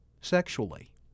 sexually